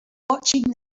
watching